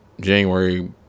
January